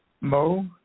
Mo